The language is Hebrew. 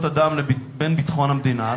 בין זכויות אדם לבין ביטחון המדינה,